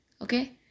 Okay